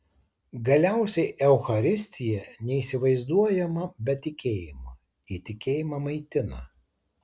galiausiai eucharistija neįsivaizduojama be tikėjimo ji tikėjimą maitina